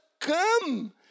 come